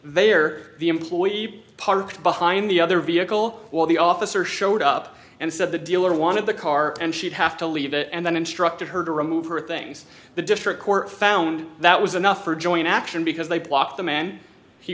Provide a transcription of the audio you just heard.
are the employee parked behind the other vehicle while the officer showed up and said the dealer wanted the car and she'd have to leave and then instructed her to remove her things the district court found that was enough for joint action because they blocked the man he